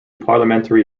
parliamentary